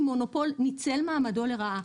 אם מונופול ניצל מעמדו לרעה,